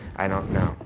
i don't know.